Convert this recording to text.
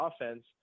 offense